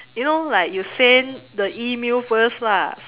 you know like you send the email first lah